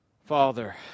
Father